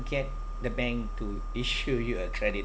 get the bank to issue you a credit